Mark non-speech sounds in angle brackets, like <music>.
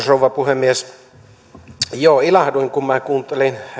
<unintelligible> rouva puhemies ilahduin kun kuuntelin